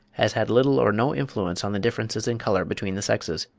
has had little or no influence on the differences in colour between the sexes.